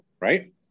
right